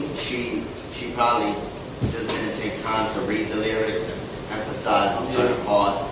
she she probably take time to read the lyrics and emphasize on so ah